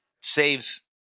saves